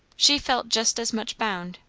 she felt just as much bound,